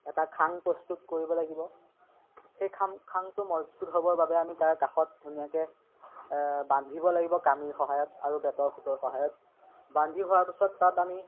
এটা খাং প্ৰস্তুত কৰিব লাগিব সেই খাং খাংটো মজবুত হ'বৰ বাবে আমি তাৰ কাষত ধুনীয়াকে বান্ধিব লাগিব কামীৰ সহায়ত আৰু বেঁতৰ সোঁতৰ সহায়ত বান্ধি হোৱাৰ পিছত তাত আমি